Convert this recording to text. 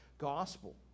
gospel